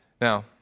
Now